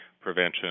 prevention